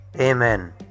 Amen